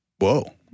Whoa